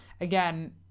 again